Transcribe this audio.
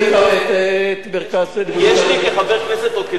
לי כחבר כנסת, או לציבור, יש אל מי